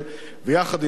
ויחד עם זאת,